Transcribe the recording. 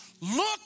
Look